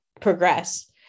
progress